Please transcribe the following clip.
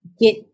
get